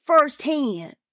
firsthand